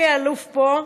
אלי אלאלוף פה,